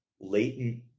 latent